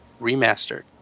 remastered